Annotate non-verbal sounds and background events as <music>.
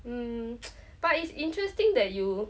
um <noise> but it's interesting that you